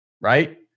right